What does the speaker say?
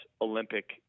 Olympic –